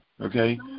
Okay